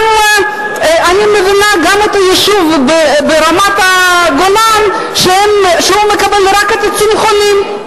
ואני מבינה גם את היישוב ברמת-הגולן שמקבל רק צמחונים,